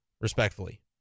respectfully